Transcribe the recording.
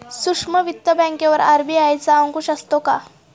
सूक्ष्म वित्त बँकेवर आर.बी.आय चा अंकुश असतो का?